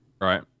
Right